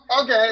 Okay